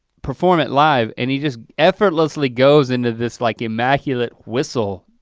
perform it live and he just effortlessly goes into this like immaculate whistle.